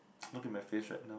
look at my face right now